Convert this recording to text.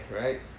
right